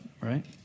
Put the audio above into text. right